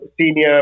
senior